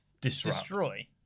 destroy